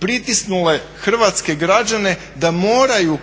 pritisnule hrvatske građane da moraju